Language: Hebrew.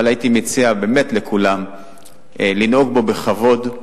אבל הייתי מציע באמת לכולם לנהוג בו בכבוד,